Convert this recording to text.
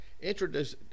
introduce